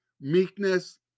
meekness